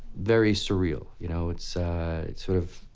very surreal. you know, it's sort of.